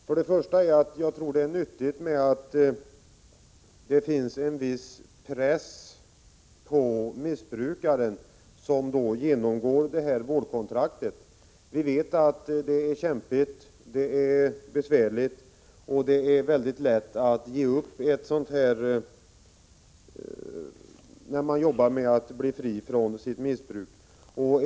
För det första tror jag det är nyttigt att det finns en viss press på den missbrukare som genomgår vårdprogrammet. Vi vet att det är kämpigt och besvärligt och att det är lätt att ge upp när man jobbar med att bli fri från sitt missbruk.